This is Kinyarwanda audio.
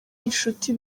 inshuti